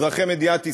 אזרחי מדינת ישראל,